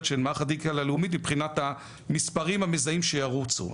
מערך הדיגיטל הלאומי מבחינת המספרים המזהים שירוצו,